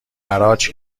حراج